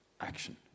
action